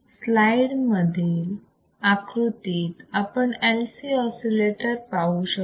slide मधील आकृतीत आपण LC ऑसिलेटर पाहू शकतो